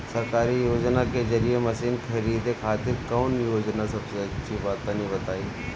सरकारी योजना के जरिए मशीन खरीदे खातिर कौन योजना सबसे अच्छा बा तनि बताई?